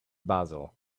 basil